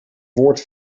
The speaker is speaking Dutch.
woord